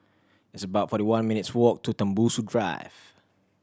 it's about forty one minutes' walk to Tembusu Drive